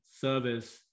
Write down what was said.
service